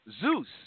Zeus